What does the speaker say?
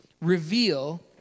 reveal